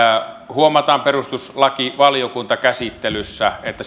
huomataan perustuslakivaliokuntakäsittelyssä että